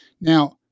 Now